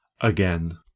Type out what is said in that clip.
Again